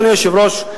אדוני היושב-ראש,